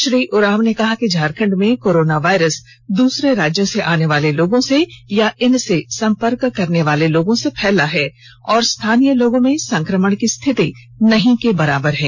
श्री उरांव ने कहा कि झारखंड में कोरोना वायरस दूसरे राज्यों से आने वाले लोगों से या इनसे संपर्क करने वालों लोगों से फैला है और स्थानीय लोगों में संक्रमण की स्थिति नहीं के बराबर है